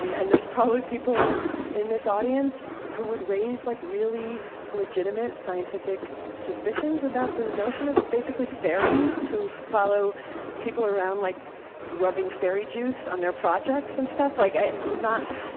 um and there's probably people in this audience who would raise like really legitimate scientific suspicions about the notion of, basically, fairies who follow people around like rubbing fairy juice on their projects and stuff. like i'm not,